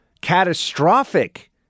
catastrophic